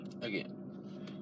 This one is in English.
Again